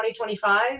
2025